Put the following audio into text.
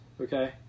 okay